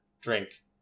drink